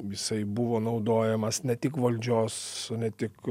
jisai buvo naudojamas ne tik valdžios ne tik